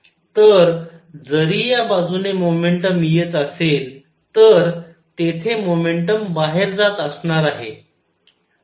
तर जरी या बाजूने मोमेंटम येत असेल तर तेथे मोमेंटम बाहेर जात असणार आहे